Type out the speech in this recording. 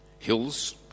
Hills